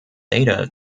data